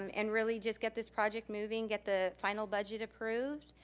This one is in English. um and really just get this project moving, get the final budget approved,